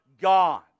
God